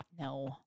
No